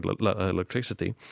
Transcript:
electricity